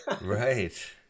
Right